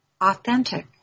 authentic